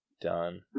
done